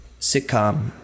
sitcom